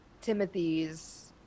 Timothy's